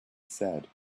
said